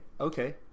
Okay